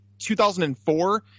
2004